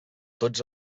tots